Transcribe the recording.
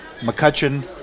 McCutcheon